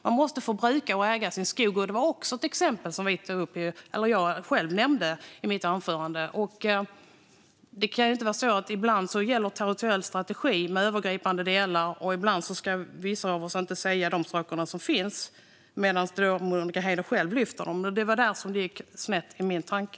Man måste få bruka och äga sin skog. Det var också ett exempel som jag nämnde i mitt anförande. Det kan inte vara så att territoriell strategi med övergripande delar ska gälla ibland, och ibland ska vissa av oss inte ta upp de saker som finns när Monica Haider själv lyfter fram dem. Det var där som det gick snett i min tanke.